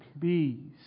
please